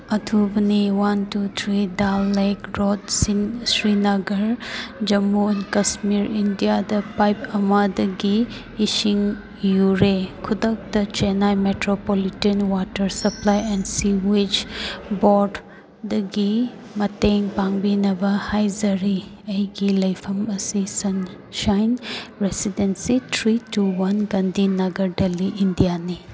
ꯑꯊꯨꯕꯅꯤ one two three Dal lake road Srinagar Jammu and Kashmir ꯏꯟꯗꯤꯌꯥꯗ pipe ꯑꯃꯗꯒꯤ ꯏꯁꯤꯡ ꯌꯨꯔꯦ ꯈꯨꯗꯛꯇ Chennai metropolitan water supply and sewage ꯕꯣꯔꯠꯗꯒꯤ ꯃꯇꯦꯡ ꯄꯥꯡꯕꯤꯅꯕ ꯍꯥꯏꯖꯔꯤ ꯑꯩꯒꯤ ꯂꯩꯐꯝ ꯑꯁꯤ sunshine residency three two one Gandhinagar Delhi ꯏꯟꯗꯤꯌꯥꯅꯤ